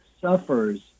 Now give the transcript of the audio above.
suffers